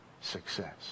success